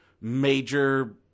Major